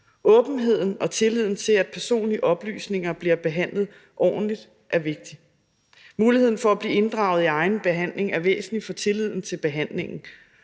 Åbenheden og tilliden til, at personlige oplysninger bliver behandlet ordentligt, er vigtig. Muligheden for at blive inddraget i egen behandling er væsentlig for tilliden til behandlingen.